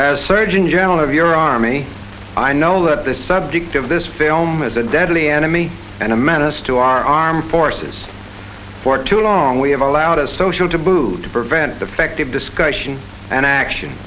as surgeon general of your army i know that the subject of this film is a deadly enemy and a menace to our armed forces for too long we have allowed as social to move to prevent defective discussion and action